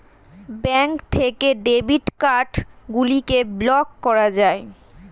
bank থেকে debit card গুলিকে block করা যায়